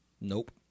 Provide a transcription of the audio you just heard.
Nope